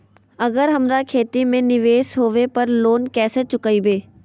अगर हमरा खेती में निवेस होवे पर लोन कैसे चुकाइबे?